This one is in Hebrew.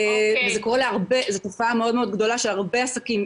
וזה קורה להרבה זו תופעה גדולה של הרבה עסקים,